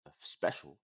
special